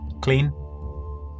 clean